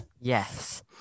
yes